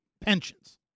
pensions